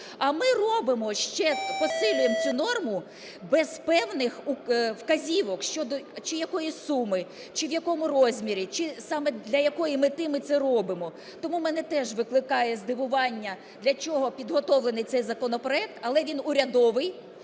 А ми робимо, ще посилюємо цю норму без певних вказівок щодо чи якоїсь суми чи в якому розмірі, чи саме для якої мети ми це робимо. Тому у мене теж викликає здивування, для чого підготовлений цей законопроект. Але він урядовий,